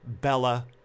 Bella